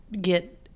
get